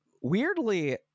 weirdly